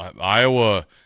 Iowa